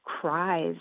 cries